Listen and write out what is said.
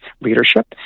leadership